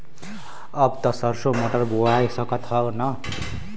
अब त सरसो मटर बोआय सकत ह न?